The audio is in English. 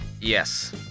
Yes